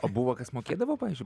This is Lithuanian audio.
o buvo kas mokėdavo pavyzdžiui